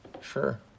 Sure